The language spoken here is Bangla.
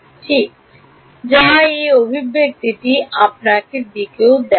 ঠিক যা এই অভিব্যক্তিটি আপনাকে ঠিকও দেয়